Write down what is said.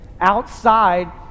outside